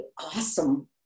awesome